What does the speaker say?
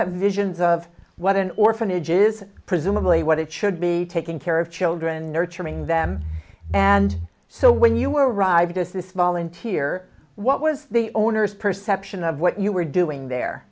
have visions of what an orphanage is presumably what it should be taking care of children and nurturing them and so when you were arrived just this volunteer what was the owner's perception of what you were doing there